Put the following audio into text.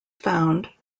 found